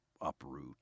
uproot